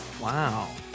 Wow